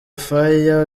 fire